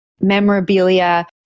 memorabilia